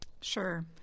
Sure